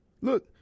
Look